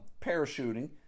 parachuting